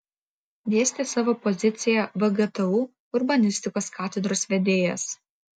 dėstė savo poziciją vgtu urbanistikos katedros vedėjas